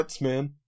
Man